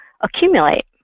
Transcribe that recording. accumulate